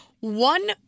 One